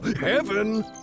heaven